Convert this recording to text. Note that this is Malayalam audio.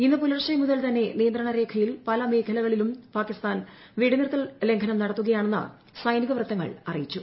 ഇന്നു പുലർച്ചെ മുതൽ തന്നെ നിയന്ത്രിണ്രേഖയിൽ പല മേഖലകളിലും പാകിസ്ഥാൻ വെടിനിർത്തർ ലംഘനം നടത്തുകയാണെന്ന് സൈനിക വൃത്തങ്ങൾ അറിയിച്ചു